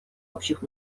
общих